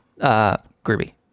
Groovy